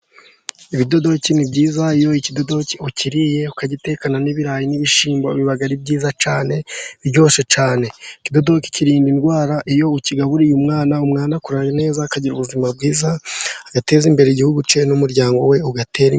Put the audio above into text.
Ibidodoke ni byiza, iyo ikidodoki ukiriye ukagitekana n'ibirayi biba ari byiza cyane, biryoshe cyane, ikidodoki kirinda indwara, iyo ukigaburiye umwana, umwana akura neza, akagira ubuzima bwiza, agateza imbere igihugu cye n'umuryango we ugatera imbere.